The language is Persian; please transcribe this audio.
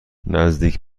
نزدیک